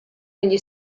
negli